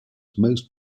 most